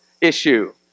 issue